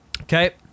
Okay